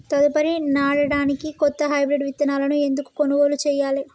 తదుపరి నాడనికి కొత్త హైబ్రిడ్ విత్తనాలను ఎందుకు కొనుగోలు చెయ్యాలి?